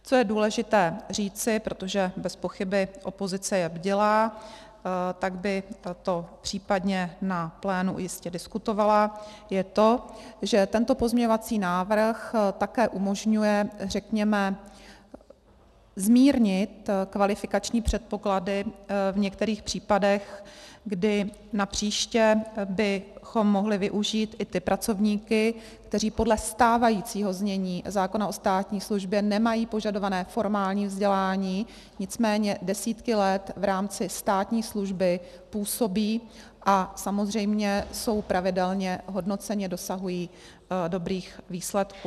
Co je důležité říci protože bezpochyby opozice je bdělá, tak bych to případně na plénu jistě diskutovala je to, že tento pozměňovací návrh také umožňuje zmírnit, kvalifikační předpoklady v některých případech, kdy napříště bychom mohli využít i ty pracovníky, kteří podle stávajícího znění zákona o státní službě nemají požadované formální vzdělání, nicméně desítky let v rámci státní služby působí a jsou samozřejmě pravidelně hodnoceni a dosahují dobrých výsledků.